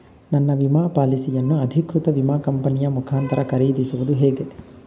ನನ್ನ ವಿಮಾ ಪಾಲಿಸಿಯನ್ನು ಅಧಿಕೃತ ವಿಮಾ ಕಂಪನಿಯ ಮುಖಾಂತರ ಖರೀದಿಸುವುದು ಹೇಗೆ?